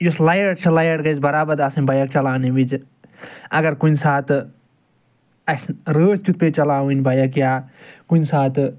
یۄس لایِٹ چھےٚ لایِٹ گژھِ برابر آسٕنۍ بایَک چلاونہٕ وِزِ اَگر کُنہِ ساتہٕ اَسہِ رٲتھ کیُتھ پیٚیہِ چلاوٕنۍ بایَک یا کُنہِ ساتہٕ